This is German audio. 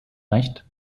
recht